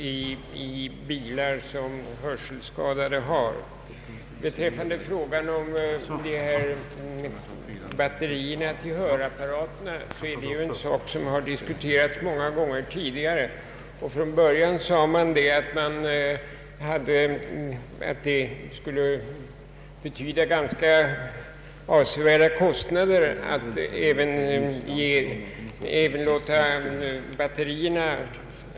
I det första, som är tryckt i andra kamma Frågan om batterier till hörapparaterna har diskuteras många gånger tidigare. Från början sade man att det skulle betyda ganska avsevärda kostnader att även ge bidrag till batterierna.